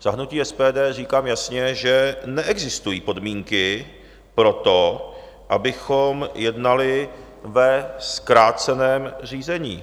Za hnutí SPD říkám jasně, že neexistují podmínky pro to, abychom jednali ve zkráceném řízení.